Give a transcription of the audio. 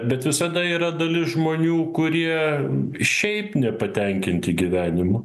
bet visada yra dalis žmonių kurie šiaip nepatenkinti gyvenimu